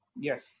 Yes